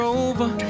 over